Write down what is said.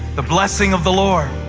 the blessing of the lord.